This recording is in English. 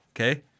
Okay